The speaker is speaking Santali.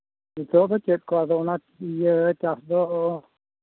ᱱᱤᱛᱳᱜ ᱫᱚ ᱪᱮᱫ ᱠᱚ ᱟᱫᱚ ᱚᱱᱟ ᱤᱭᱟᱹ ᱪᱟᱥ ᱫᱚ